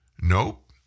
Nope